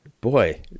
boy